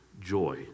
joy